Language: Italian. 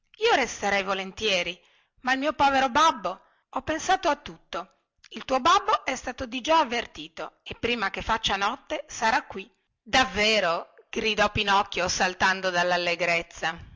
io resterei volentieri ma il mio povero babbo ho pensato a tutto il tuo babbo è stato digià avvertito e prima che faccia notte sarà qui davvero gridò pinocchio saltando